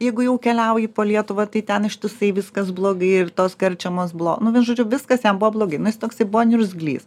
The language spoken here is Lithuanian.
jeigu jau keliauji po lietuvą tai ten ištisai viskas blogai ir tos karčemos blo nu žodžiu viskas jam buvo blogai nu jis toksai buvo niurzglys